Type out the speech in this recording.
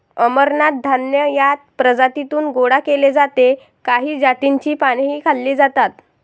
अमरनाथ धान्य या प्रजातीतून गोळा केले जाते काही जातींची पानेही खाल्ली जातात